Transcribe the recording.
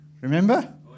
Remember